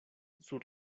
sur